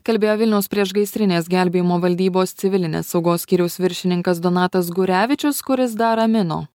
kalbėjo vilniaus priešgaisrinės gelbėjimo valdybos civilinės saugos skyriaus viršininkas donatas gurevičius kuris dar ramino